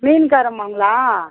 மீன்கார அம்மாங்களா